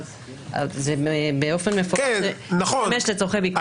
אבל זה באופן מפורש ישמש לצורכי ביקורת, אכיפה.